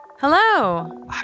Hello